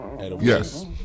yes